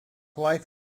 life